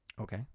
Okay